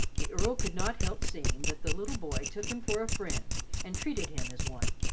the earl could not help seeing that the little boy took him for a friend and treated him as one,